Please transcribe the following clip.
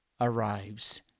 arrives